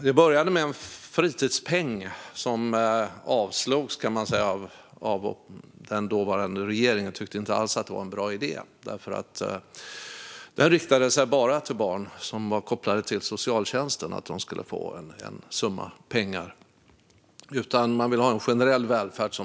Det började som en fritidspeng, men den idén ogillades av den dåvarande regeringen eftersom fritidspengen bara riktade sig till barn som var kopplade till socialtjänsten. I stället ville man ha en generell välfärd.